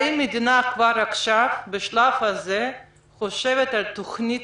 האם המדינה, כבר בשלב הזה, חושבת על תוכנית